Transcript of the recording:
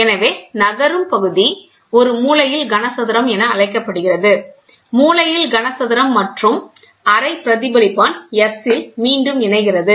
எனவே நகரும் பகுதி ஒரு மூலையில் கன சதுரம் என அழைக்கப்படுகிறது மூலையில் கனசதுரம் மற்றும் அரை பிரதிபலிப்பான் S இல் மீண்டும் இணைகிறது